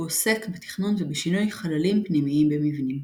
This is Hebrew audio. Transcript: הוא העוסק בתכנון ובשינוי חללים פנימיים במבנים.